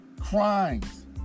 crimes